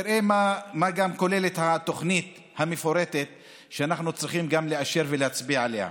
תראה מה כוללת התוכנית המפורטת שאנחנו צריכים לאשר ולהצביע עליה: